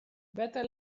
better